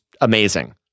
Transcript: amazing